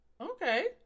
okay